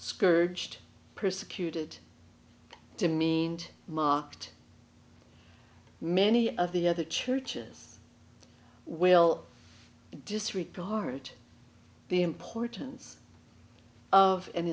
scourged persecuted demeaned mocked many of the other churches well disregard the importance of and